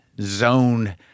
zone